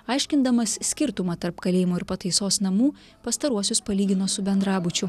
aiškindamas skirtumą tarp kalėjimo ir pataisos namų pastaruosius palygino su bendrabučiu